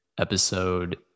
episode